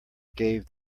gave